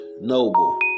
noble